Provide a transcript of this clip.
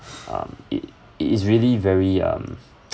um it it is really very um